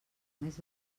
més